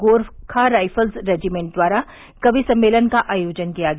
Gorkha rifles regiment द्वारा कवि सम्मेलन का आयोजन किया गया